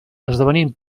esdevenint